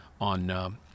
on